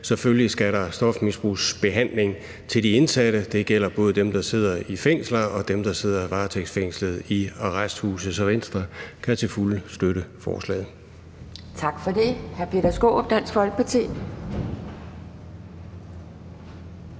Selvfølgelig skal der være en stofmisbrugsbehandling til de indsatte. Det gælder både dem, der sidder i fængsler, og dem, der sidder varetægtsfængslet i arresthuse. Så Venstre kan til fulde støtte forslaget. Kl. 11:40 Anden næstformand (Pia